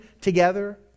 together